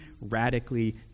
radically